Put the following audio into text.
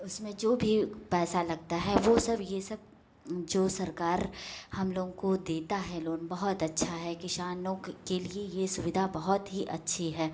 उसमें जो भी पैसा लगता है वो सब ये सब जो सरकार हम लोगों को देता है लोन बहुत अच्छा है किसानों के लिए सुविधा बहुत ही अच्छी है